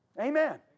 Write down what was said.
Amen